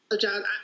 John